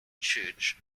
church